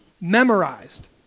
Memorized